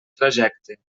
trajecte